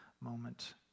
moment